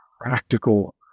practical